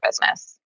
business